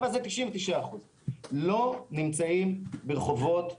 אבל ב-99% לא נמצאים ברחובות ישראל.